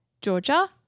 Georgia